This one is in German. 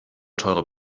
teure